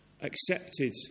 accepted